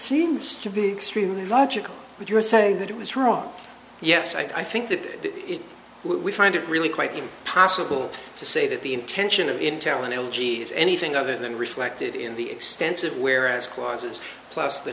seems to be extremely logical but you're saying that it was wrong yes i think that we find it really quite impossible to say that the intention of intel and l g is anything other than reflected in the extensive whereas clauses plus the